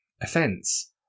offence